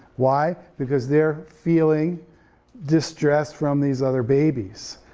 why, because they're feeling distress from these other babies.